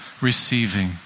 receiving